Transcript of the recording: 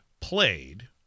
played